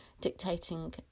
dictating